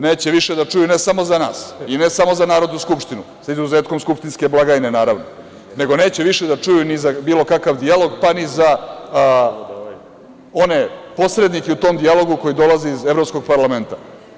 Neće više da čuju ne samo za nas i ne samo za Narodnu skupštinu, sa izuzetkom skupštinske blagajne, naravno, nego neće više da čuju ni za bilo kakav dijalog, pa ni za one posrednike u tom dijalogu koji dolaze iz Evropskog parlamenta.